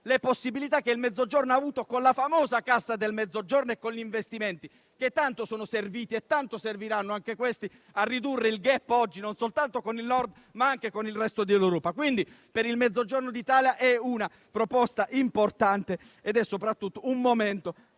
alle possibilità che il Mezzogiorno ha avuto con la famosa Cassa del Mezzogiorno e con gli investimenti che tanto sono serviti - e tanto serviranno anche questi - a ridurre il *gap* non soltanto con il Nord, ma con il resto dell'Europa. Per il Mezzogiorno d'Italia è una proposta importante ed è soprattutto un momento